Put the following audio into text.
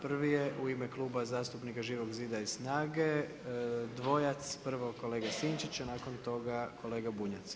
Prvi je u ime Kluba zastupnika Živog zida i SNAGA-e dvojac prvo kolega Sinčić, a nakon toga kolega Bunjac.